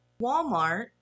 Walmart